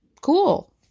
Cool